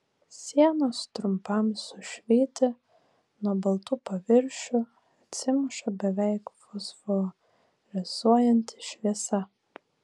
sienos trumpam sušvyti nuo baltų paviršių atsimuša beveik fosforescuojanti šviesa